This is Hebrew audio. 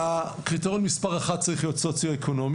כשהקריטריון מספר אחת צריך להיות סוציואקונומי,